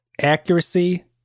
accuracy